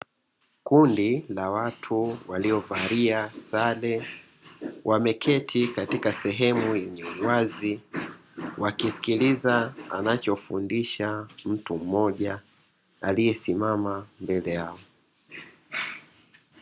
Kundi la watu waliovalia sare wameketi katika sehemu yenye uwazi, wakisikiliza anachofundisha mtu mmoja aliyesimama mbele yao.